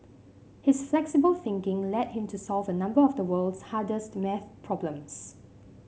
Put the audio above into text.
his flexible thinking led him to solve a number of the world's hardest maths problems